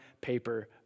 paper